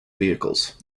vehicles